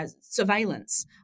Surveillance